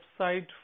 website